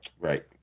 Right